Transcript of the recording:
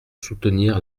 soutenir